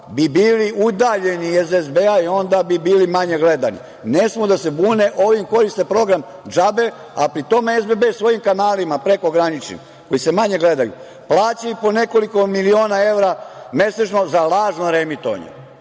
bi bili udaljeni iz SBB i onda bi bili manje gledani. Ne smeju da se bune, oni koriste program džabe, a pri tome SBB svojim kanalima, prekograničnim, koji se manje gledaju plaćaju i po nekoliko miliona evra mesečno za lažno reemitovanje. Sad